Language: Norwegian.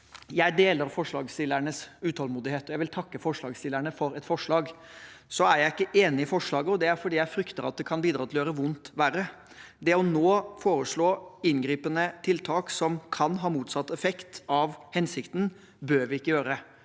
Jeg deler forslagsstillernes utålmodighet, og jeg vil takke forslagsstillerne for forslaget. Så er jeg ikke enig i forslaget, og det er fordi jeg frykter at det kan bidra til å gjøre vondt verre. Det nå å foreslå inngripende tiltak som kan ha motsatt effekt av hensikten, bør vi ikke gjøre.